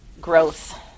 growth